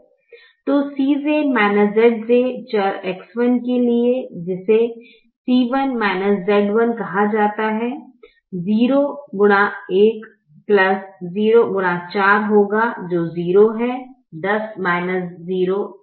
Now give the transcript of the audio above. तो Cj Zj चर X1 के लिए जिसे C1 Z1 कहा जाता है 0x1 0x4 होगा जो 0 है 10 0 10 है